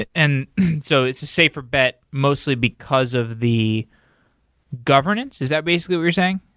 and and so it's a safer bet mostly because of the governance? is that basically what you're saying?